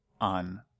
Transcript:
on